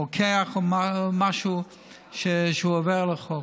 רוקח או משהו שהוא עובר על החוק.